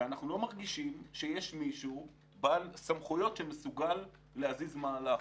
ואנחנו לא מרגישים שיש מישהו בעל סמכויות שמסוגל להזיז מהלך.